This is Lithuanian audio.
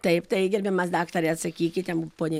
taip tai gerbiamas daktare atsakykite poniai